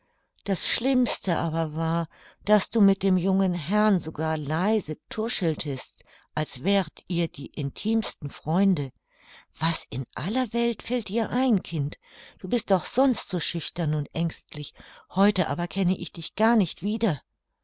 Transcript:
das schlimmste aber war daß du mit dem jungen herrn sogar leise tuscheltest als wäret ihr die intimsten freunde was in aller welt fällt dir ein kind du bist doch sonst so schüchtern und ängstlich heute aber kenne ich dich gar nicht wieder